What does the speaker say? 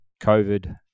COVID